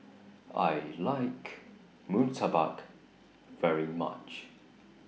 I like Murtabak very much